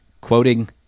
Quoting